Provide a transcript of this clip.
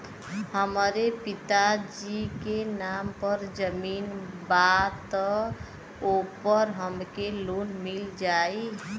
हमरे पिता जी के नाम पर जमीन बा त ओपर हमके लोन मिल जाई?